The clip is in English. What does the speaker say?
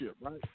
right